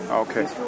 Okay